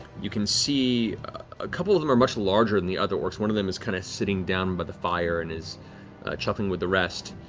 you can see a couple of them are much larger than and the other orcs. one of them is kind of sitting down by the fire and is chuckling with the rest.